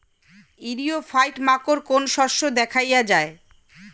ইরিও ফাইট মাকোর কোন শস্য দেখাইয়া যায়?